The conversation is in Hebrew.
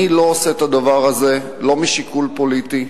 אני לא עושה את הדבר הזה משיקול פוליטי,